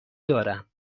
دارم